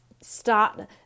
start